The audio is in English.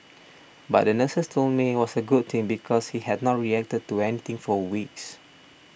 but the nurses told me it was a good thing because he had not reacted to anything for weeks